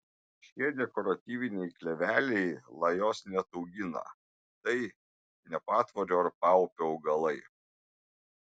šie dekoratyviniai kleveliai lajos neataugina tai ne patvorio ar paupio augalai